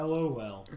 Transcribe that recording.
Lol